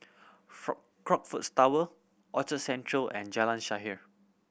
Crockfords Tower Orchard Central and Jalan Shaer